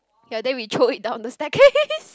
ye then we throwing it down the staircase